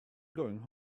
going